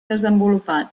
desenvolupat